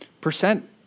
Percent